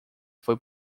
foi